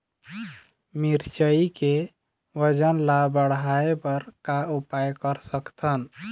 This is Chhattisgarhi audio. मिरचई के वजन ला बढ़ाएं बर का उपाय कर सकथन?